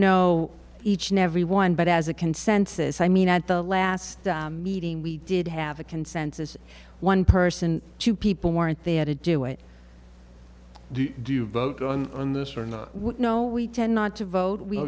know each and every one but as a consensus i mean at the last meeting we did have a consensus one person two people weren't there to do it do you vote on this or no no we tend not to vote we